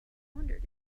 wondered